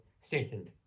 stationed